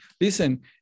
listen